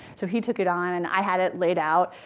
so he took it on, and i had it laid out.